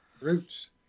Roots